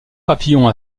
papillon